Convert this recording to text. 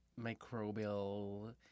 microbial